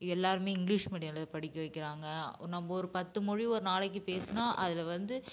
எல்லோருமே இங்க்லீஷ் மீடியம்ல படிக்க வைக்கிறாங்க ஒரு நம்ம ஒரு பத்து மொழி ஒரு நாளைக்கு பேசினா அதில் வந்து